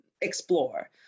explore